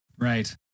Right